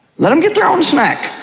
let em get their own snack.